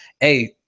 Hey